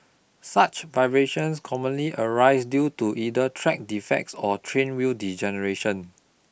such vibrations commonly arise due to either track defects or train wheel degradation